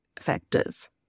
factors